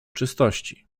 czystości